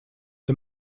the